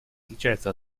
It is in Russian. отличается